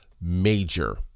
major